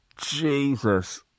Jesus